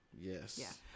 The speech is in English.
Yes